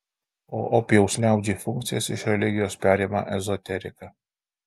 o opijaus liaudžiai funkcijas iš religijos perima ezoterika